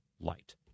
light